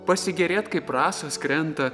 pasigėrėt kaip rasos krenta